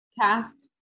cast